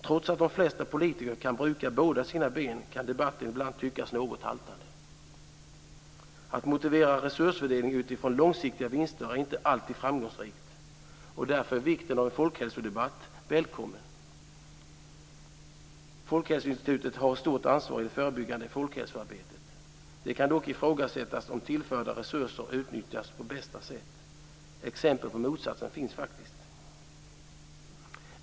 Trots att de flesta politiker kan bruka båda sina ben, kan debatten ibland tyckas något haltande. Att motivera resursfördelning utifrån långsiktiga vinster är inte alltid framgångsrikt. Därför är vikten av en folkhälsodebatt välkommen. Folkhälsoinstitutet har ett stort ansvar i det förebyggande folkhälsoarbetet. Det kan dock ifrågasättas om tillförda resurser utnyttjas på bästa sätt. Exempel på motsatsen finns faktiskt.